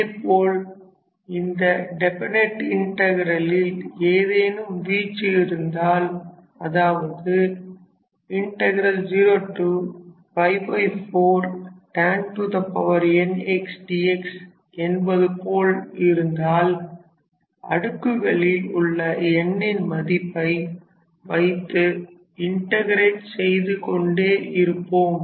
அதேபோல் இந்த டெஃபனைட் இன்டகிரலில் ஏதேனும் வீச்சு இருந்தால் அதாவது 0 4 tan n x dx என்பதுபோல் இருந்தால் அடுக்குகளில் உள்ள n ன் மதிப்பை வைத்து இன்டகிரேட் செய்துகொண்டே இருப்போம்